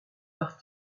par